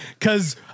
Cause